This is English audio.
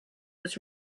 was